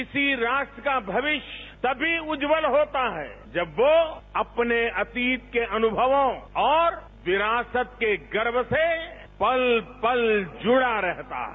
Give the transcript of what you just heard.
किसी राष्ट्र का भविष्य तभी उज्ज्वल होता है जब वो अपने अतीत के अनुभवों और विरासत के गर्व से पल पल जुड़ा रहता है